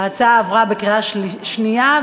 ההצעה עברה בקריאה שנייה.